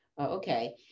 Okay